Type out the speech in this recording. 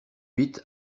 huit